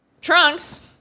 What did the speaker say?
Trunks